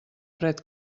fred